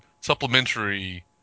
supplementary